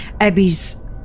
Abby's